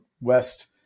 West